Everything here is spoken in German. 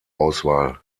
auswahl